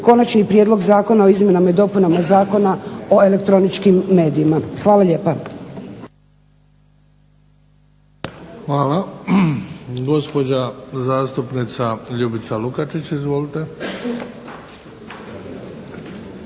Konačni prijedlog zakona o izmjenama i dopunama Zakona o elektroničkim medijima. Hvala lijepa. **Bebić, Luka (HDZ)** Hvala. Gospođa zastupnica Ljubica Lukačić, izvolite.